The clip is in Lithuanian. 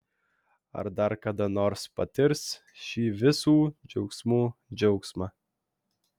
ar dar kada nors patirs šį visų džiaugsmų džiaugsmą